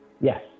Yes